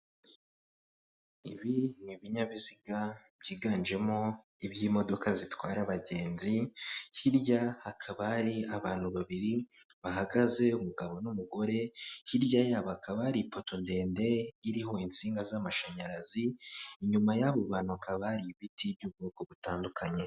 Ibi ni ibinyabiziga byiganjemo iby'imodoka zitwara abagenzi hirya hakaba hari abantu babiri bahagaze umugabo n'umugore, hirya yabo bakaba hari ipoto ndende iriho insinga z'amashanyarazi, inyuma y'abo bantu haba ari ibiti by'ubwoko butandukanye.